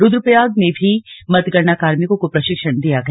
रुद्रप्रयाग में भी मतगणना कार्मिकों को प्रशिक्षण दिया गया